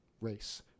race